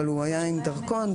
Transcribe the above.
אבל הוא היה עם דרכון,